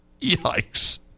yikes